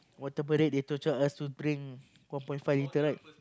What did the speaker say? water parade they torture us to drink one point five liter right